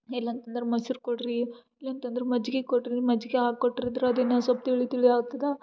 ಇಲ್ಲಂತಂದ್ರೆ ಮೊಸ್ರು ಕೊಡ್ರಿ ಇಲ್ಲಂತಂದ್ರೆ ಮಜ್ಜಿಗೆ ಕೊಡ್ರಿ ಮಜ್ಜಿಗೆ ಹಾಕೊಟ್ರು ಇದ್ರ ಅದು ಇನ್ನು ಸ್ವಲ್ಪ್ ತಿಳಿ ತಿಳಿಯಾಗ್ತದೆ